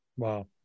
Wow